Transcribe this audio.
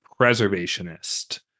preservationist